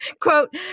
Quote